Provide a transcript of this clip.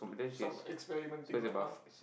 some experiment thing lah ah